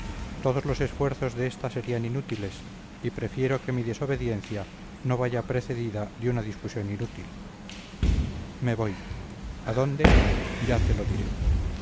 todos los esfuerzos de esta serían inútiles y prefiero que mi desobediencia no vaya precedida de una discusión inútil me voy a dónde ya te lo diré